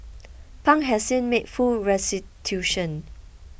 Pang has since made full restitution